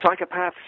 psychopaths